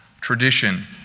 tradition